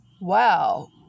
wow